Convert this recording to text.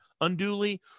unduly